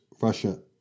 Russia